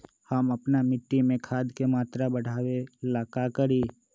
हम अपना मिट्टी में खाद के मात्रा बढ़ा वे ला का करी?